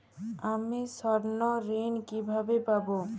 আমি স্বর্ণঋণ কিভাবে পাবো?